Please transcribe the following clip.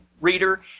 reader